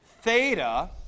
Theta